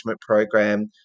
program